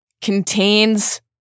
contains